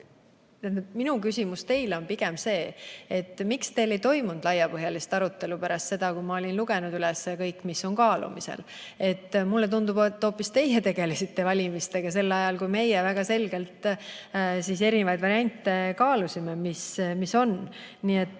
Minu küsimus teile on pigem see, miks teil ei toimunud laiapõhjalist arutelu pärast seda, kui ma olin lugenud üles kõik, mis on kaalumisel. Mulle tundub, et hoopis teie tegelesite valimistega sel ajal, kui meie väga selgelt erinevaid variante kaalusime. Nii et